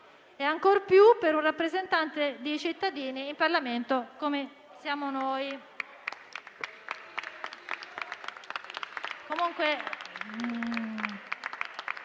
e ancor più di un rappresentante dei cittadini in Parlamento come siamo noi.